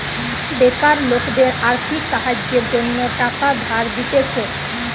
বেকার লোকদের আর্থিক সাহায্যের জন্য টাকা ধার দিতেছে